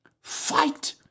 Fight